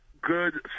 good